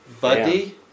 Buddy